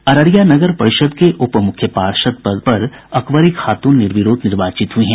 अररिया नगर परिषद के उपमुख्य पार्षद पद पर अकबरी खातून निर्विरोध निर्वाचित हुई हैं